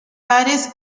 pares